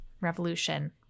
Revolution